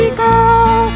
girl